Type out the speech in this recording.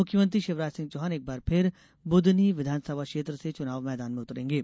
मुख्यमंत्री शिवराज सिंह चौहान एक बार फिर बुदनी विधानसभा क्षेत्र से चुनाव मैदान में उतरेंगे